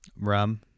Rum